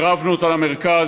שיפרנו את החינוך,